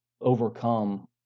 overcome